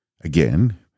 Again